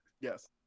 Yes